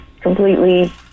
completely